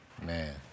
Man